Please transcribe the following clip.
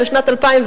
ובשנת 2010,